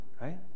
right